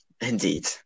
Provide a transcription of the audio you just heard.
Indeed